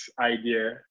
idea